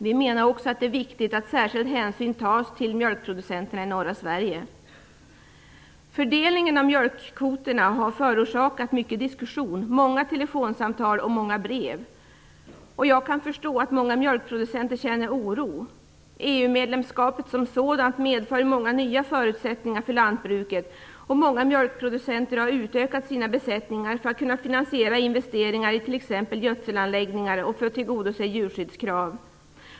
Vi menar också att det är viktigt att särskild hänsyn tas till mjölkproducenter i norra Fördelningen av mjölkkvoterna har förorsakat mycken diskussion, många telefonsamtal och många brev. Jag kan förstå att många mjölkproducenter känner oro. EU-medlemskapet medför nya förutsättningar för lantbruket, och många mjölkproducenter har utökat sina besättningar för att kunna finansiera investeringar i t.ex. gödselanläggningar och för att tillgodose djurskyddskrav.